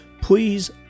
please